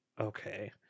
okay